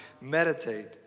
meditate